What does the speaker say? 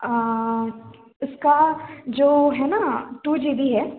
इसका जो है ना टू जीबी है